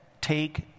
take